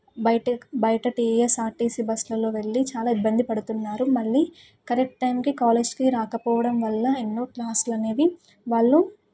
బయట బయట TS RTC బస్లలో వెళ్ళి చాలా ఇబ్బంది పడుతున్నారు మళ్ళీ కరెక్ట్ టైంకి కాలేజ్కి రాకపోవడం వల్ల ఎన్నో క్లాస్లు అనేవి వాళ్ళు